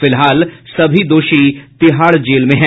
फिलहाल सभी दोषी तिहाड़ जेल में है